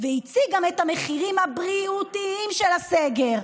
והציג גם את המחירים הבריאותיים של הסגר.